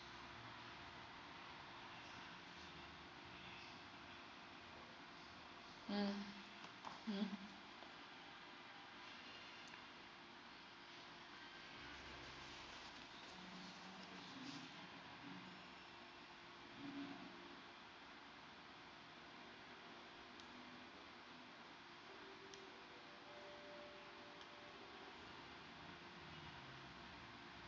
mm mm